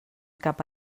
cap